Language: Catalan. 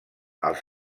als